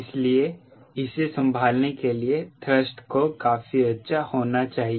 इसलिए इसे संभालने के लिए थ्रस्ट को काफी अच्छा होना चाहिए